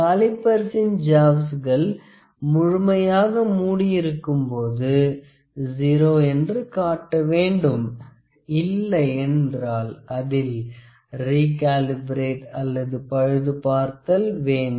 காலிபர்ஸின் ஜாவ்ஸ்கள் முழுமையாக மூடி இருக்கும்போது 0 என்று காட்ட வேண்டும் இல்லையென்றால் அதை ரிகாலிபரேட் அல்லது பழுது பார்த்தல் வேண்டும்